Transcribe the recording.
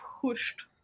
pushed